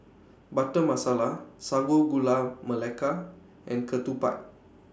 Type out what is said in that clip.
Butter Masala Sago Gula Melaka and Ketupat